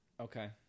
Okay